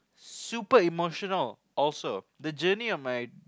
super emotional also the journey of my